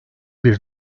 bir